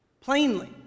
plainly